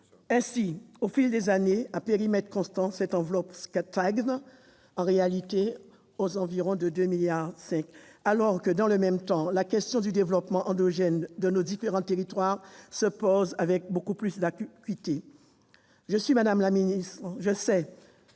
Ainsi, au fil des années, à périmètre constant, cette enveloppe stagne en réalité autour de 2,5 milliards d'euros alors que, dans le même temps, la question du développement endogène de nos différents territoires se pose avec beaucoup plus d'acuité. Je sais combien la tâche est